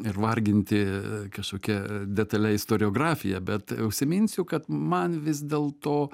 ir varginti kažkokia detalia istoriografija bet užsiminsiu kad man vis dėlto